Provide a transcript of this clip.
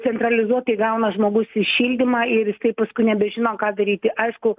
centralizuotai gauna žmogus šildymą ir jisai paskui nebežino ką daryti aišku